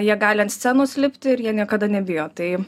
jie gali ant scenos lipti ir jie niekada nebijo tai